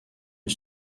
une